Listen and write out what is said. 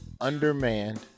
undermanned